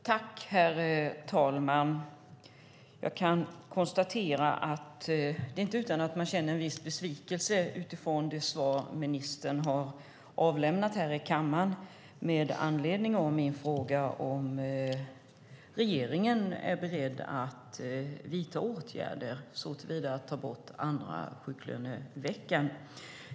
Herr talman! Det är inte utan att man känner en viss besvikelse utifrån det svar som ministern har avlämnat här i kammaren med anledning av min fråga om regeringen är beredd att vidta åtgärder genom att ta bort andra sjuklöneveckan.